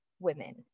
women